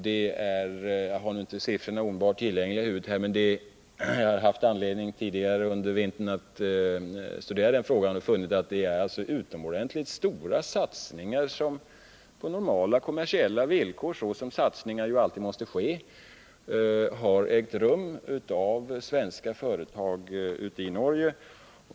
Jag har inte några siffror omedelbart tillgängliga, men jag har tidigare under vintern haft anledning att studera frågan och funnit att det är utomordentligt stora satsningar som har gjorts — på normala, kommersiella villkor, såsom satsningar alltid måste göras — av svenska företag i Norge.